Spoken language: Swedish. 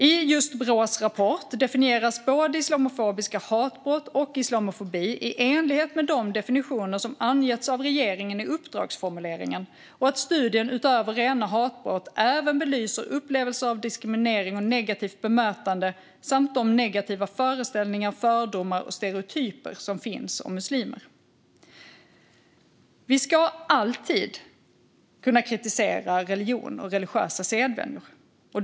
I just Brås rapport definieras både islamofobiska hatbrott och islamofobi i enlighet med de definitioner som angetts av regeringen i uppdragsformuleringen. Studien belyser utöver rena hatbrott även upplevelser av diskriminering och negativt bemötande samt de negativa föreställningar, fördomar och stereotyper som finns om muslimer. Vi ska alltid kunna kritisera religion och religiösa sedvänjor.